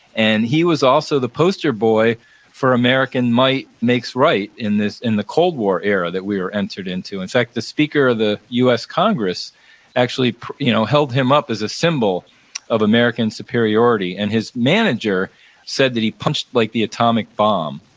and he was also the poster boy for american might makes right in in the cold war era that we were entered into. in fact, the speaker of the u s. congress actually you know held him up as a symbol of american superiority, and his manager said that he punched like the atomic bomb.